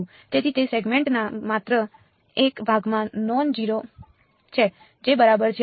તેથી તે સેગમેન્ટના માત્ર એક ભાગમાં નોન જીરો છે જે બરાબર છે